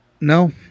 No